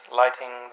lighting